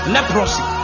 Leprosy